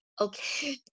Okay